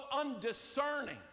undiscerning